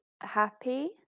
happy